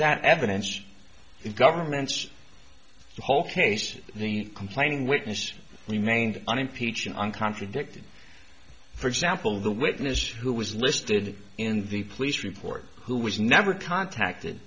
that evidence the government's whole case the complaining witness remained unimpeachable on contradicted for example the witness who was listed in the police report who was never contacted